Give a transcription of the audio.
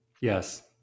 Yes